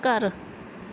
ਘਰ